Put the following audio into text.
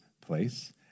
place